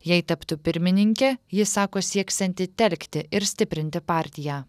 jei taptų pirmininke ji sako sieksianti telkti ir stiprinti partiją